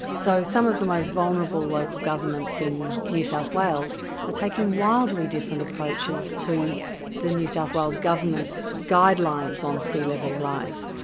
so some of the most vulnerable local governments in new south wales are taking wildly different approaches to the new south wales government's guidelines on sea-level rise.